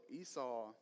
Esau